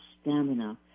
stamina